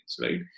right